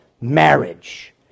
Marriage